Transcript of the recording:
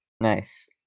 Nice